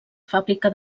fàbrica